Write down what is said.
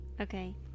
Okay